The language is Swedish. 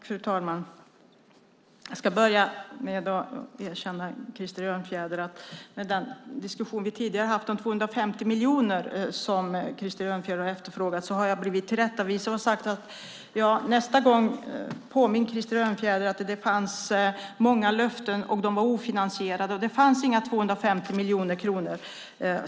Fru talman! Jag ska börja med att erkänna en sak, Krister Örnfjäder. När det gäller den diskussion vi tidigare har haft om 250 miljoner, som Krister Örnfjäder har efterfrågat, har jag blivit tillrättavisad. Man har sagt: Påminn Krister Örnfjäder nästa gång om att det fanns många löften och att de var ofinansierade! Det fanns inga 250 miljoner kronor.